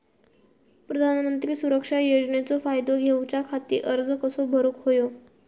प्रधानमंत्री सुरक्षा योजनेचो फायदो घेऊच्या खाती अर्ज कसो भरुक होयो?